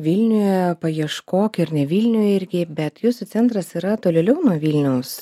vilniuje paieškok ir ne vilniuje irgi bet jūsų centras yra tolėliau nuo vilniaus